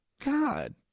God